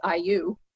IU